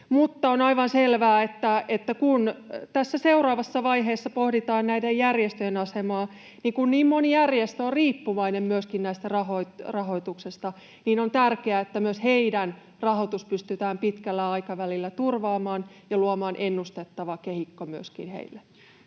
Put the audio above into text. Mutta on aivan selvää, että kun seuraavassa vaiheessa pohditaan näiden järjestöjen asemaa, niin kun niin moni järjestö on riippuvainen myöskin rahoituksesta, niin on tärkeää, että myös heidän rahoituksensa pystytään pitkällä aikavälillä turvaamaan ja luomaan ennustettava kehikko myöskin heille.